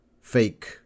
fake